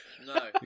No